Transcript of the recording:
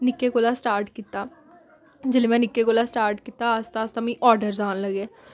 निक्के कोला स्टार्ट कीता जेल्लै में निक्के कोला स्टार्ट कीता आस्ता आस्ता आस्ता मिगी आर्डरस आन लगे